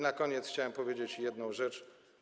Na koniec chciałbym powiedzieć jedną rzecz.